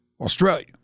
Australia